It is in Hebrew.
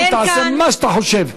תעשה מה שאתה חושב,